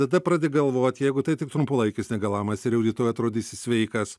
tada pradedi galvot jeigu tai tik trumpalaikis negalavimas ir jau rytoj atrodysi sveikas